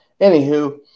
Anywho